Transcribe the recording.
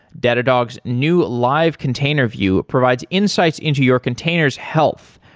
datadog's new live container view provides insights into your container's health,